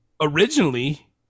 originally